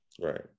Right